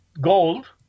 gold